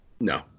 No